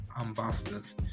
Ambassadors